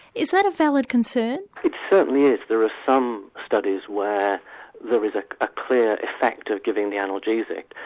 is that a valid concern? it certainly is. there are some studies where there is ah a clear effect of giving the analgesic.